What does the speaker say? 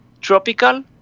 tropical